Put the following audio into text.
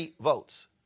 votes